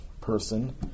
person